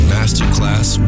Masterclass